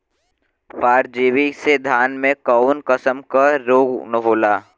परजीवी से धान में कऊन कसम के रोग होला?